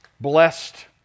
blessed